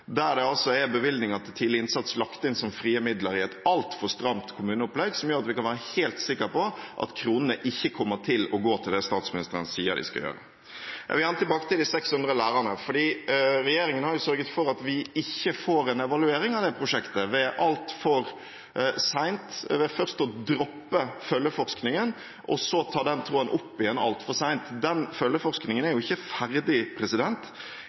der det er bevilgninger til tidlig innsats lagt inn som frie midler i et altfor stramt kommuneopplegg, som gjør at vi kan være helt sikre på at kronene ikke kommer til å gå til det statsministeren sier de skal gjøre. Jeg vil gjerne tilbake til de 600 lærerne. Regjeringen har sørget for at vi ikke får en evaluering av det prosjektet ved først å droppe følgeforskningen, og så ta den tråden opp igjen altfor sent, den følgeforskningen er jo ikke ferdig.